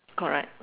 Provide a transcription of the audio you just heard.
correct